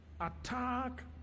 attack